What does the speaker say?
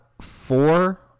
four